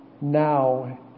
now